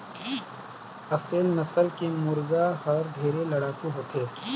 असेल नसल के मुरगा हर ढेरे लड़ाकू होथे